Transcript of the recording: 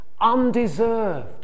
undeserved